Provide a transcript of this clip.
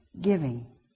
giving